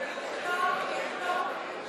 הקואליציה מבקשת הצבעה